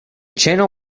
channel